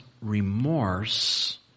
remorse